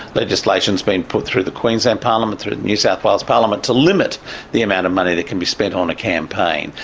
legislation's been put through the queensland parliament, through the new south wales parliament, to limit the amount of money that can be spent on a campaign.